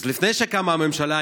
אז לפני שקמה הממשלה,